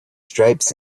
stripes